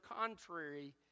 contrary